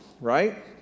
right